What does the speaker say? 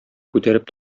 күтәреп